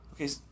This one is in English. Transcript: Okay